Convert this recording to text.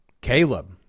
Caleb